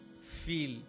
feel